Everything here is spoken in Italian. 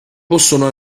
possono